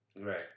Right